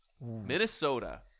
Minnesota